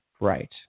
Right